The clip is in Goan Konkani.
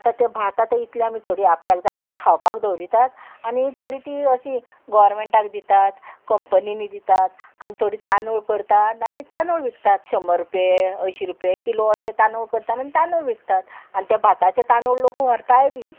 आतां तें भात आतां इतलें आमी थोडीं आपल्याक जाय तें खावपाक दवरितात आनी थोडीं ती अशीं गोवोरमेंटाक दितात कंपनीनी दितात आनी थोडीं तांदूळ करतात आनी तांदूळ विकतात शंबर रुपया अंयशीं रुपया किलो अशें तांदूळ करतात आनी तांदूळ विकतात आनी त्या भाताचे तांदूळ लोक व्हरताय बीन